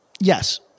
Yes